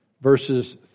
verses